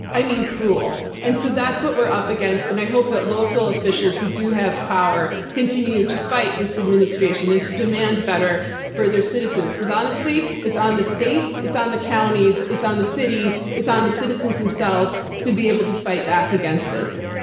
i mean cruel. and so that's what we're up against and i hope that local officials who do have power continue to fight this administration and to demand better for their citizens because honestly it's on the states, it's on the counties, it's on the cities, it's on the citizens themselves to be able to fight back against this.